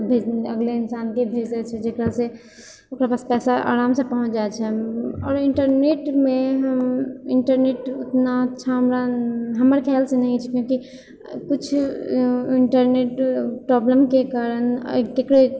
भेज अगले इंसानके भेज दै छै जकरासँ ओकरा पास पैसा आरामसँ पहुँच जाइत छै आओर इन्टरनेटमे हम इन्टरनेट ओतना अच्छा हमरा हमर खयालसँ नहि छै किआकि किछु इन्टरनेट प्रॉब्लमके कारण केकरो